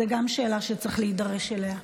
זו גם שאלה שצריך להידרש אליה.